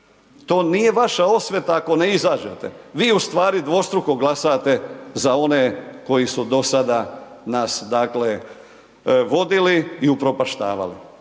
To nije vaša osveta ako ne izađete, vi ustvari dvostruko glasate, za one koji su dosada, nas dakle vodili i upropaštavali.